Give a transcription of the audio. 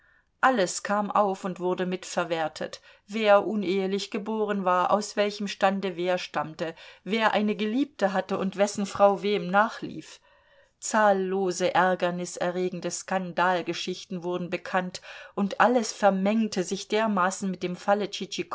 alles kam auf und wurde mit verwertet wer unehelich geboren war aus welchem stande wer stammte wer eine geliebte hatte und wessen frau wem nachlief zahllose ärgerniserregende skandalgeschichten wurden bekannt und alles vermengte sich dermaßen mit dem